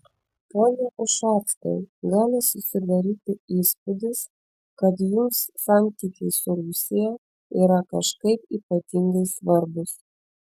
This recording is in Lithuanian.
pone ušackai gali susidaryti įspūdis kad jums santykiai su rusija yra kažkaip ypatingai svarbūs